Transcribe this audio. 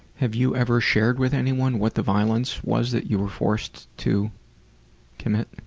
have you ever shared with anyone what the violence was that you were forced to commit?